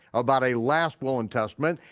about a last will and testament,